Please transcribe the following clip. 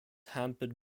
hampered